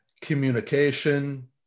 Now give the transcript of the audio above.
communication